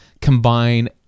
combine